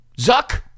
Zuck